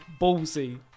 ballsy